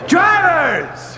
Drivers